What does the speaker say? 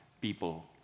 people